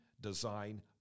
design